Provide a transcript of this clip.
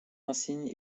insigne